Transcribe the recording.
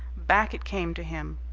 back it came to him.